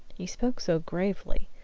he spoke so gravely,